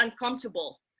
uncomfortable